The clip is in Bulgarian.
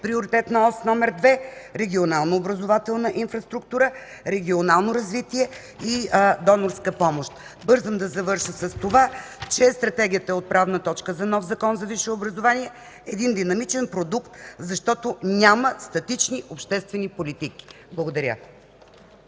приоритетна ос 2 – „Регионална образователна инфраструктура”, „Регионално развитие” и донорска помощ. Бързам да завърша с това, че Стратегията е отправна точка за нов Закон за висшето образование, един динамичен продукт, защото няма статични обществени политики. Благодаря.